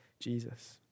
Jesus